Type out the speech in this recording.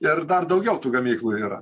ir dar daugiau tų gamyklų yra